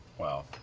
wow.